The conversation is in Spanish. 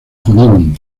junín